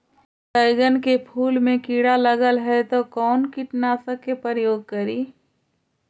बैगन के फुल मे कीड़ा लगल है तो कौन कीटनाशक के प्रयोग करि?